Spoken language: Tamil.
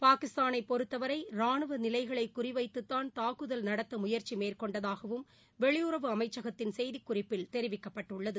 பாகிஸ்தானைபொறுத்தவரைரானுவநிலைகளைகுறிவைத்துத்தான் தாக்குதல் நடத்தமுயற்சிமேற்கொண்டதாகவும் வெளியுறவு அமைச்சகத்தின் செய்திக்குறிப்பில் தெரிவிக்கப்பட்டுள்ளது